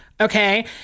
okay